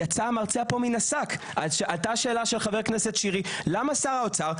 יצא המרצע פה מן השק: עלתה השאלה של חבר הכנסת שירי: "למה שר האוצר?",